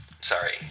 sorry